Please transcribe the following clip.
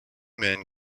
men